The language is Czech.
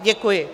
Děkuji.